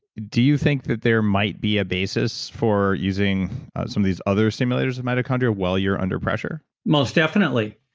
do you think that there might be a basis for using some of these other simulators of mitochondria, while you're under pressure? most definitely.